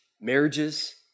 marriages